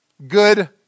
Good